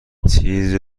چیزی